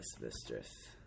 mistress